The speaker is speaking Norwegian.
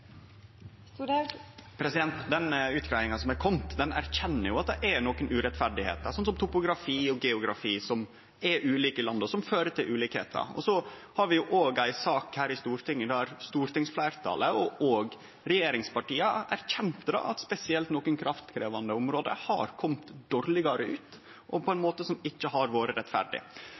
erkjenner jo at det er nokre urettferder, som topografi og geografi, som er ulik i landet, og som fører til ulikskapar. Så har vi òg ei sak her i Stortinget der stortingsfleirtalet, og òg regjeringspartia, erkjente at spesielt nokre kraftkrevjande område har kome dårlegare ut, og på ein måte som ikkje har vore rettferdig.